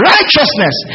Righteousness